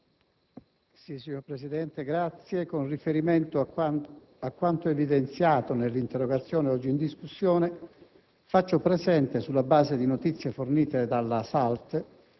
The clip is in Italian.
Signor Presidente, con riferimento a quanto evidenziato nell'interrogazione oggi in discussione faccio presente, sulla base di notizie fornite dalla SALT,